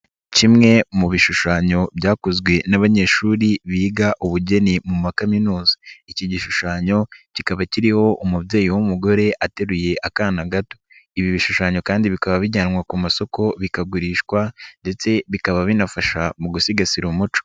Kimwe mu bishushanyo byakozwe n'abanyeshuri biga ubugeni mu makaminuza, iki gishushanyo kikaba kiriho umubyeyi w'umugore ateruye akana gato, ibi bishushanyo kandi bikaba bijyanwa ku masoko bikagurishwa ndetse bikaba binafasha mu gusigasira umuco.